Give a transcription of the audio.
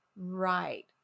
Right